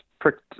pricked